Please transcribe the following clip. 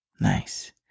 Nice